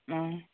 অ